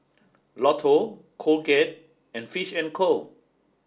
Lotto Colgate and Fish and Co